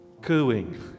cooing